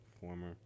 Former